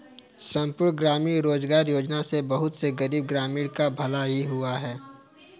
संपूर्ण ग्रामीण रोजगार योजना से बहुत से गरीब ग्रामीणों का भला भी हुआ है